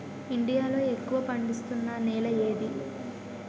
India లో ఎక్కువ పండిస్తున్నా నేల ఏది?